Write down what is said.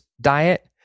diet